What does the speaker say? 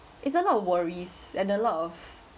it's a lot of worries and a lot of